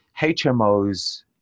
HMOs